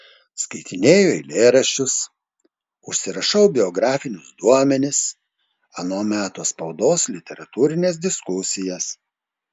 skaitinėju eilėraščius užsirašau biografinius duomenis ano meto spaudos literatūrines diskusijas